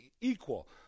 equal